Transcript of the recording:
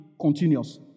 continuous